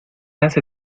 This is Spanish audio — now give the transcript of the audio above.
hace